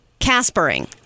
Caspering